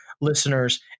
listeners